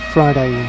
Friday